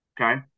Okay